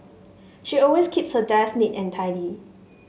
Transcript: she always keeps her desk neat and tidy